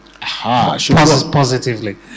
Positively